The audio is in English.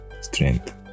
strength